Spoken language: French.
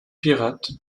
pirates